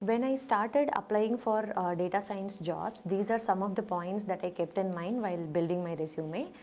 when i started applying for data science jobs, these are some of the points that i kept in mind while building my resume.